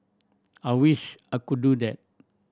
I wish I could do that